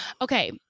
okay